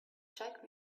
check